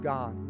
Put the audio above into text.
God